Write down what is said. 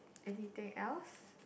anything else